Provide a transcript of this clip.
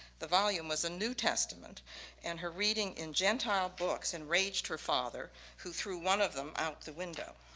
the volume was a new testament and her reading in gentile books enraged her father who threw one of them out the window.